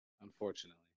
Unfortunately